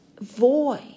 void